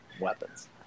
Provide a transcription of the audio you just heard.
Weapons